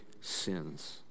sins